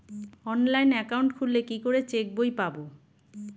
Online account খুললে কি করে চেক বই পাব?